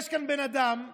יש כאן בן אדם שאומר: